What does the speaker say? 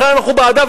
לכן אנחנו בעדה,